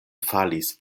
falis